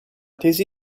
tesi